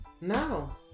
No